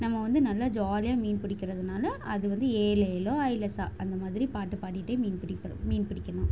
நம்ம வந்து நல்லா ஜாலியாக மீன் பிடிக்கிறதுனால அது வந்து ஏலேலோ ஐலசா அந்த மாதிரி பாட்டு பாடிட்டே மீன் பிடிக்க மீன் பிடிக்கணும்